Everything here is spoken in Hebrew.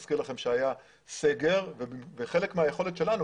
מזכיר לכם שהיה סגר וחלק מהיכולת שלנו,